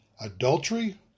Adultery